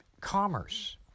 commerce